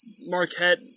Marquette